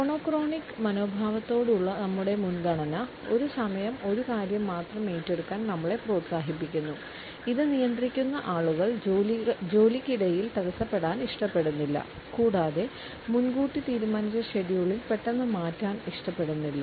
monochronic മനോഭാവത്തോടുള്ള നമ്മുടെ മുൻഗണന ഒരു സമയം ഒരു കാര്യം മാത്രം ഏറ്റെടുക്കാൻ നമ്മളെ പ്രോത്സാഹിപ്പിക്കുന്നു ഇത് നിയന്ത്രിക്കുന്ന ആളുകൾ ജോലിക്കിടയിൽ തടസ്സപ്പെടാൻ ഇഷ്ടപ്പെടുന്നില്ല കൂടാതെ മുൻകൂട്ടി തീരുമാനിച്ച ഷെഡ്യൂളിംഗ് പെട്ടെന്ന് മാറ്റാൻ ഇഷ്ടപ്പെടുന്നില്ല